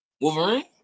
Wolverine